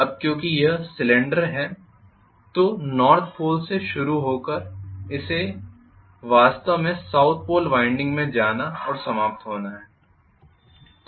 अब क्योंकि यह लैप वाइंडिंग है तो नॉर्थ पोल से शुरू होकर इसे इसे वास्तव में साउथ पोल वाइंडिंग में जाना और समाप्त होना है